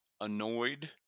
annoyed